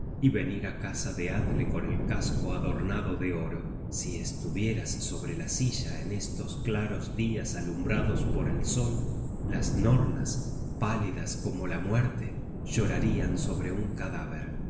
y venir á casa de atle con el casco adornado de oro si estuvieras sobre la silla en estos claros dias alumbrados por el sol l a caballo en espcdicion content from google book search generated at las nornas pálidas como la muerte llorarian sobre un cadaver